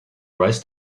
tries